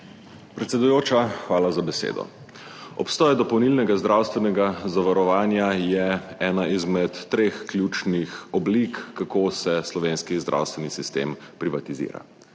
Predsedujoča, hvala za besedo. Obstoj dopolnilnega zdravstvenega zavarovanja je ena izmed treh ključnih oblik, kako se slovenski zdravstveni sistem privatizira.